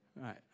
Right